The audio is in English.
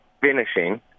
finishing